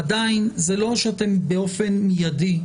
עדיין זה לא שאתם באופן מיידי,